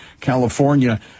California